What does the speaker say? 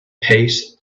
peace